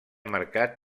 mercat